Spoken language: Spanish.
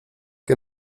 que